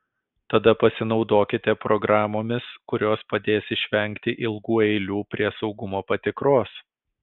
tada pasinaudokite programomis kurios padės išvengti ilgų eilių prie saugumo patikros